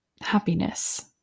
happiness